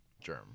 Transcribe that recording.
Germ